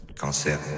Cancer